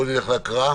נלך להקראה.